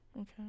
Okay